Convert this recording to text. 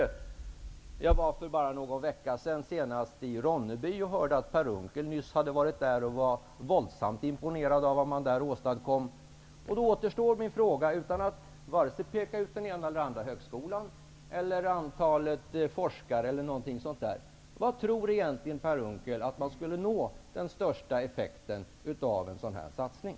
Jag var för någon vecka sedan senast i Ronneby, och jag hörde att Per Unckel nyligen hade varit där och blivit våldsamt imponerad av vad man där åstadkom. Då återstår min fråga, utan att vare sig peka ut den eller andra högskolan eller antalet forskare osv: Var tror Per Unckel att man skulle nå den största effekten av en sådan satsning?